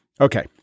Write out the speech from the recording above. Okay